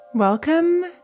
Welcome